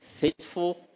faithful